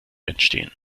entstehen